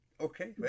Okay